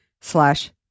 slash